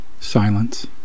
silence